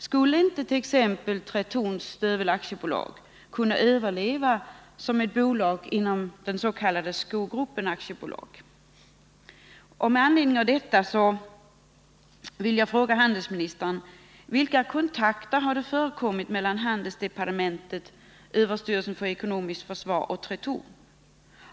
Skulle inte Tretorns Stövel AB kunna överleva som ett bolag inom Skogruppen AB? I anslutning till detta vill jag också fråga handelsministern: Vilka kontakter har förekommit mellan handelsdepartementet, överstyrelsen för ekonomiskt försvar och Tretorn?